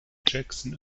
jackson